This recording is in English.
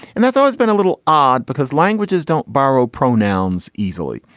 and that's always been a little odd because languages don't borrow pronouns easily.